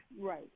right